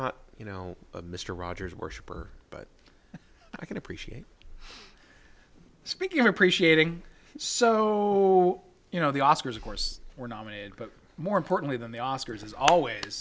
not you know mr rogers worshiper but i can appreciate speaking of appreciating so you know the oscars of course were nominated but more importantly than the oscars is always